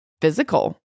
physical